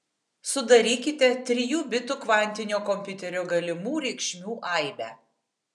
sudarykite trijų bitų kvantinio kompiuterio galimų reikšmių aibę